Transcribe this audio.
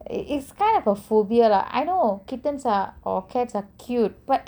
it it's kind of a phobia lah I know kittens are or cats are cute but